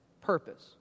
purpose